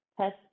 test